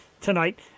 tonight